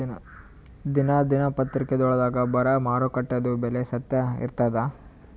ದಿನಾ ದಿನಪತ್ರಿಕಾದೊಳಾಗ ಬರಾ ಮಾರುಕಟ್ಟೆದು ಬೆಲೆ ಸತ್ಯ ಇರ್ತಾದಾ?